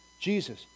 Jesus